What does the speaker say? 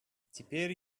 теперь